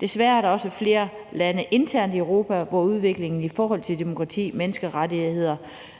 Desværre er der også flere lande internt i Europa, hvor udviklingen i forhold til demokrati, menneskerettigheder,